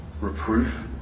Reproof